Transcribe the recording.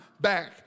back